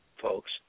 folks